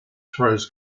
throws